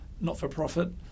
not-for-profit